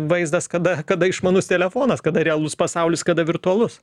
vaizdas kada kada išmanus telefonas kada realus pasaulis kada virtualus